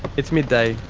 it's midday,